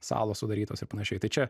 salos sudarytos ir panašiai tai čia